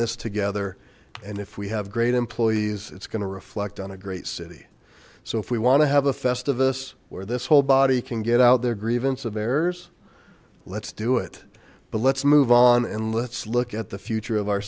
this together and if we have great employees it's going to reflect on a great city so if we want to have a festivus where this whole body can get out there grievance of errors let's do it but let's move on and let's look at the future of our